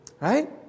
Right